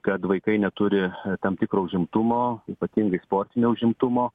kad vaikai neturi tam tikro užimtumo ypatingai sportinio užimtumo